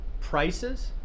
prices